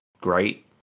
great